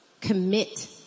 commit